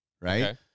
right